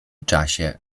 czasie